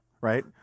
right